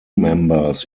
members